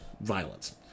violence